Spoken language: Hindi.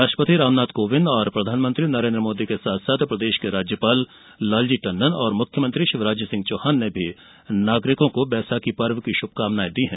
राष्ट्रपति रामनाथ कोविन्द और प्रधानमंत्री नरेन्द्र मोदी के साथ साथ प्रदेश के राज्यपाल लालजी टण्डन और मुख्यमंत्री शिवराज सिंह चौहान ने भी नागरिकों को बैसाखी पर्व की शुभकामनायें दी हैं